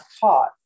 taught